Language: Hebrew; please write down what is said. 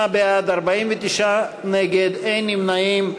38 בעד, 49 נגד, אין נמנעים.